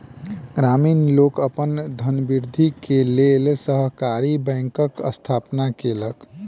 ग्रामीण लोक अपन धनवृद्धि के लेल सहकारी बैंकक स्थापना केलक